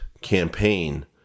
campaign